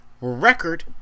record